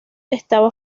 estaba